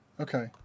Okay